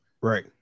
Right